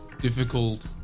difficult